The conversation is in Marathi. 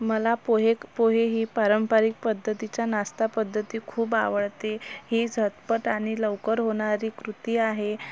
मला पोहे पोहे ही पारंपरिक पद्धतीचा नाश्ता पद्धती खूप आवडते ही झटपट आणि लवकर होणारी कृती आहे